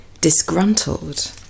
Disgruntled